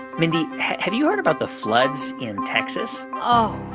and have you heard about the floods in texas? oh,